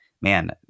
man